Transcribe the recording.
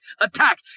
attack